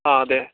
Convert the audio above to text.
ആ അതെ